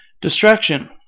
Distraction